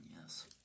Yes